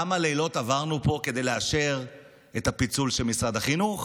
כמה לילות עברנו פה כדי לאשר את הפיצול של משרד החינוך,